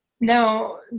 No